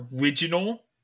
original